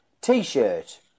T-shirt